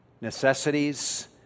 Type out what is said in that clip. necessities